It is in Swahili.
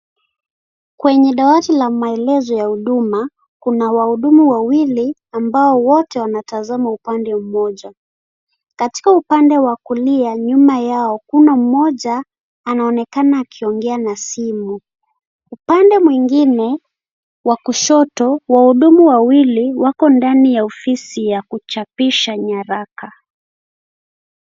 Kwenye dawati ya maelezo ya huduma kuna wahudumu wawili ambao wote wantazama upande mmoja katika upande wa kulia nyuma yao kuna mmoja anaonekana akiongea na simu upande mwingine wa kushoto wahudumu wawili wako ndani ya ofisi ya kuchapisha nyaraka .